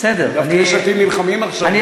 דווקא יש עתיד נלחמים עכשיו,